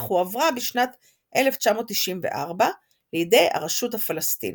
אך הועברה בשנת 1994 לידי הרשות הפלסטינית.